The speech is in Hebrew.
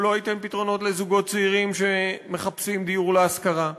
הוא לא ייתן פתרונות לזוגות צעירים שמחפשים דיור להשכרה.